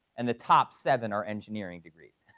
and the top seven are engineering degrees.